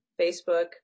Facebook